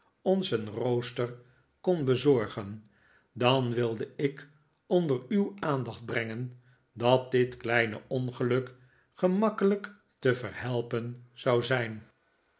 een rooster kon bezorgen dan wilde ik onder uw aandacht brengen dat dit kleine ongeluk gemakkelijk te verhelpen zou zijn